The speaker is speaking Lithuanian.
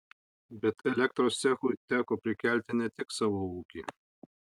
bet elektros cechui teko prikelti ne tik savo ūkį